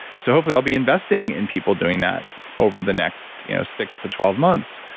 so, hopefully, i'll be investing in people doing that over the next you know six to twelve months.